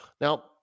now